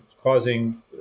causing